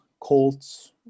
colts